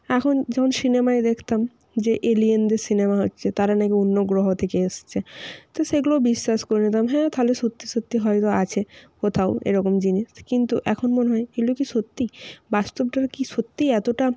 এখন যেমন সিনেমায় দেখতাম যে এলিয়েনদের সিনেমা হচ্ছে তারা নাকি অন্য গ্রহ থেকে এসেছে তো সেগুলো বিশ্বাস করে নিতাম হ্যাঁ তাহলে সত্যি সত্যি হয়তো আছে কোথাও এরকম জিনিস কিন্তু এখন মনে হয় এগুলো কি সত্যি বাস্তবটার কি সত্যি এতটা